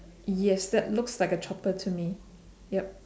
yes that looks like a chopper to me yup